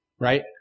right